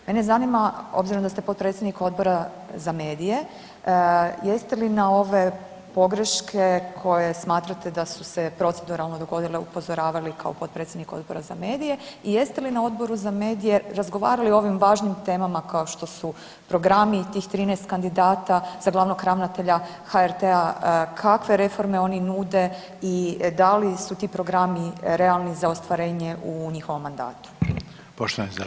Mene zanima obzirom da ste potpredsjednik Odbora za medije, jeste li na ove pogreške koje smatrate da su se proceduralno dogodile, upozoravali kao potpredsjednik Odbora za medije i jeste li na Odboru za medije razgovarali o ovim važnim temama, kao što su programi tih 13 kandidata za Glavnog ravnatelja HRT-a, kakve reforme oni nude i da li su ti programi realni za ostvarenje u njihovom mandatu?